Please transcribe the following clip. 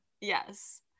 yes